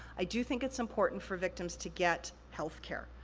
i do think it's important for victims to get healthcare.